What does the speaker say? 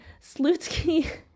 Slutsky